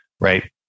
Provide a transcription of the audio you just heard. right